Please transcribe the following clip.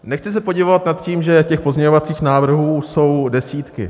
Nechci se podivovat nad tím, že těch pozměňovacích návrhů jsou desítky.